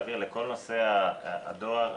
התאריך של הנסיעה השלישית שלכאורה נסעתי,